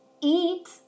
eat